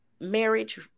marriage